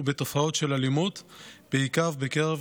בדגש על מניעה וטיפול בתופעות והתנהגויות סיכון ומצבי קיצון בקרב בני